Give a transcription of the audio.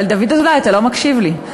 דוד אזולאי, אתה לא מקשיב לי.